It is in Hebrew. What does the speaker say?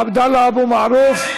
עבדאללה אבו מערוף,